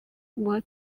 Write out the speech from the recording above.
was